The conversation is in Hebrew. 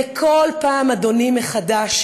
וכל פעם מחדש,